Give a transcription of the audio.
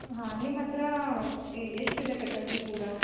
ಹಾಂ ನಿಮ್ಮ ಹತ್ತಿರ ಎಷ್ಟು ಇದೆ ಫೆಕಲ್ಟಿ ಪೂರಾ